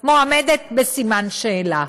עומדת בסימן שאלה.